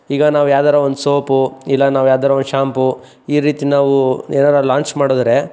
ಈಗ ನಾವು ಯಾವ್ದಾರೂ ಒಂದು ಸೋಪು ಇಲ್ಲ ನಾವು ಯಾವ್ದಾರೂ ಒಂದು ಶಾಂಪು ಈ ರೀತಿ ನಾವು ಏನಾರೂ ಲಾಂಚ್ ಮಾಡಿದ್ರೆ